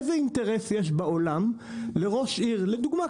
איזה אינטרס בעולם יש לראש עיר לדוגמה,